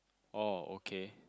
oh okay